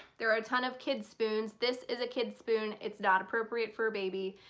there are a ton of kids spoons. this is a kid's spoon, it's not appropriate for a baby.